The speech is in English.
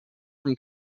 from